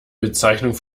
bezeichnung